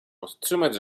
podtrzymać